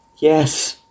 Yes